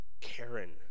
Karen